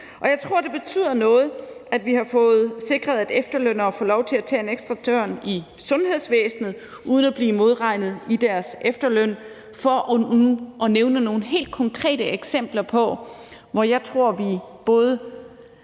og jeg tror, det betyder noget, at vi har fået sikret, at efterlønnere får lov til at tage en ekstra tørn i sundhedsvæsenet uden at blive modregnet i deres efterløn. Det er for nu at nævne nogle helt konkrete eksempler på steder, hvor jeg tror vi både